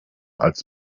als